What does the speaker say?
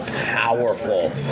powerful